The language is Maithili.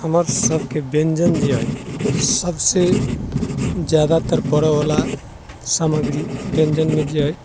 हमर सभके व्यञ्जन जे अइ सभसे जादातर परऽ बला समग्री व्यञ्जनमे जे अइ